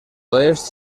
oest